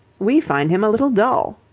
we find him a little dull.